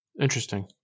Interesting